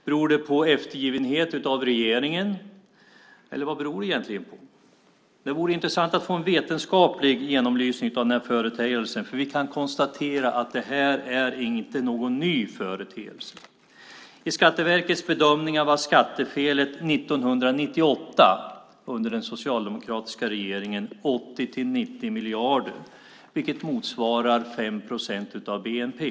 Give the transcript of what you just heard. Beror det på eftergivenhet av regeringen? Eller vad beror det egentligen på? Det vore intressant att få en vetenskaplig genomlysning av den här företeelsen, för vi kan konstatera att det inte är någon ny företeelse. I Skatteverkets bedömningar var skattefelet 1998, under den socialdemokratiska regeringen, 80-90 miljarder, vilket motsvarade 5 procent av bnp.